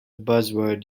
buzzword